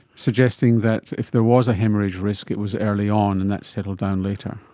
suggesting that if there was a haemorrhage risk it was early on and that settled down later.